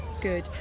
good